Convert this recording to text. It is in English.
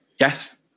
Yes